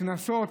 שקנסות,